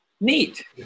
Neat